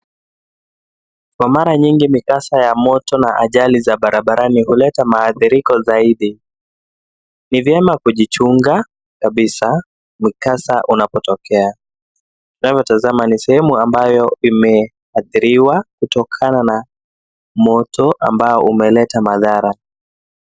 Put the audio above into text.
Kwa mara nyingi mikasa ya moto na ajali za barabarani huleta maadhiriko zaidi. Ni vyema kujichunga kabisa mikasa unapotokea. Tunavyotazama ni sehemu ambayo imeadhiriwa kutokana na moto ambayo imeleta madhara.